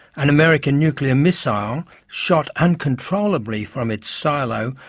an american nuclear missile shot uncontrollably from its silo,